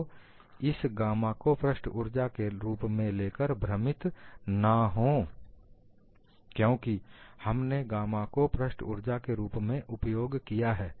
तो इस गामा को पृष्ठ ऊर्जा के रूप में लेकर भ्रमित ना हो क्योंकि हमने गामा को पृष्ठ ऊर्जा के रूप में उपयोग किया है